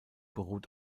beruht